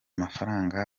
mafaranga